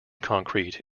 concrete